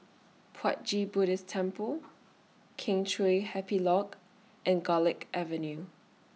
Puat Jit Buddhist Temple Kheng Chiu Happy Lodge and Garlick Avenue